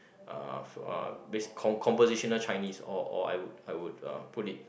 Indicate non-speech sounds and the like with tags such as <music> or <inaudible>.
uh <noise> uh basic con~ conversational Chinese or or I would I would uh put it